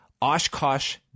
Oshkosh